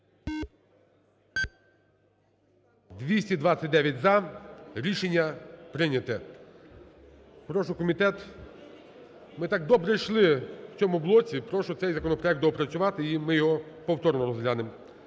За-229 Рішення прийнято. Прошу комітет. Ми так добре йшли в цьому блоці, прошу цей законопроект доопрацювати і ми його повторно розглянемо.